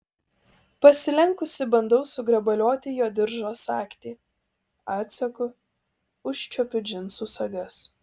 pasilenkusi bandau sugrabalioti jo diržo sagtį atsegu užčiuopiu džinsų sagas